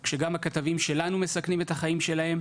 כשגם הכתבים שלנו מסכנים את החיים שלהם,